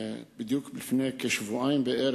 בדיוק לפני כשבועיים היה